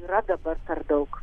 yra dabar per daug